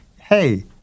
hey